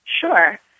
Sure